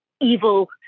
evil